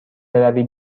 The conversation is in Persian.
بروی